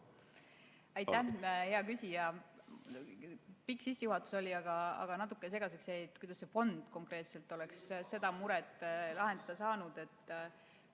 Aitäh, hea küsija! Pikk sissejuhatus oli, aga jäi natuke segaseks, kuidas see fond konkreetselt oleks seda muret lahendada saanud.